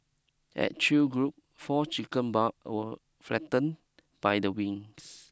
at Chew Group four chicken barb were flattened by the winds